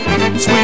Sweet